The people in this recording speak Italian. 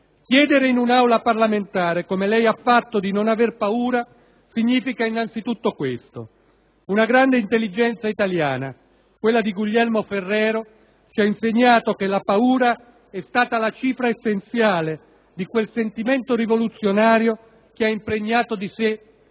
Chiedere in un'Aula parlamentare - come lei ha fatto - di non aver paura significa innanzi tutto questo. Una grande intelligenza italiana, quella di Guglielmo Ferrero, ci ha insegnato che la paura è stata la cifra essenziale di quel sentimento rivoluzionario che ha impregnato di sé il